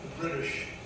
British